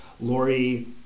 Lori